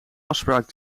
afspraak